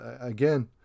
again